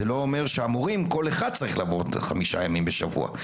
זה לא אומר שכל אחד מהמורים צריך לעבור את החמישה ימים בשבוע.